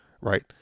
right